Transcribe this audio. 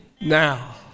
Now